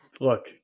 Look –